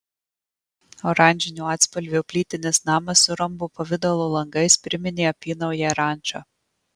oranžinio atspalvio plytinis namas su rombo pavidalo langais priminė apynauję rančą